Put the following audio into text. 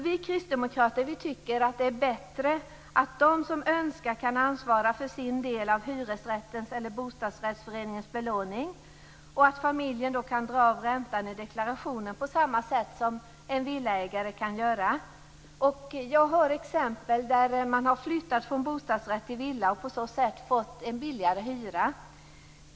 Vi kristdemokrater tycker att det är bättre att de som så önskar får ansvara för sin del av hyresrättens eller bostadsrättsföreningens belåning. Då kan familjen dra av räntan i deklarationen, på samma sätt som en villaägare kan göra. Jag har exempel som visar att man har flyttat från bostadsrätt till villa och på sätt fått en billigare hyra.